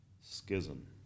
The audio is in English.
schism